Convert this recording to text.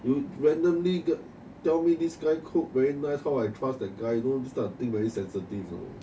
you randomly get tell me this guy cook very nice how I trust that guy you know this type of thing very sensitive you know